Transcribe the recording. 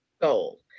goal